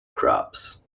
crops